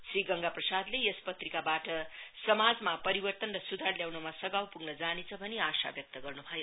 श्री गंगाप्रसादले यस पत्रिकाबाट समाजमा परिवर्तन र सुधार ल्याउनमा सघाउ पुग्नजानेछ भनी आशा व्यक्त गर्नु भयो